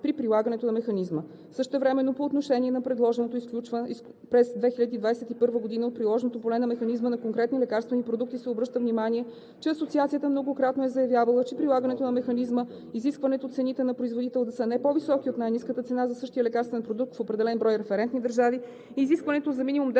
при прилагането на механизма. Същевременно по отношение на предложеното изключване през 2021 г. от приложното поле на механизма на конкретни лекарствени продукти се обръща внимание, че Асоциацията многократно е заявявала, че прилагането на механизма и изискването цените на производител да са не по-високи от най-ниската цена за същия лекарствен продукт в определен брой референтни държави и изискването за минимум 10%